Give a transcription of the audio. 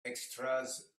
extras